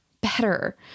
better